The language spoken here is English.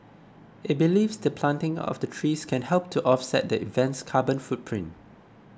it believes the planting of the trees can help to offset the event's carbon footprint